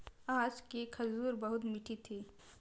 आज की खजूर बहुत मीठी थी